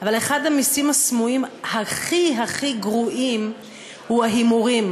אבל אחד המסים הסמויים הכי הכי גרועים הוא ההימורים,